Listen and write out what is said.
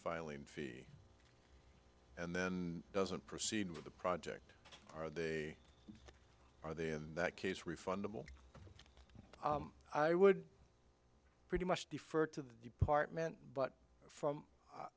filing fee and then doesn't proceed with the project are they are they in that case refundable i would pretty much defer to the department but from